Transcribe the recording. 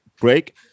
break